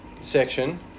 section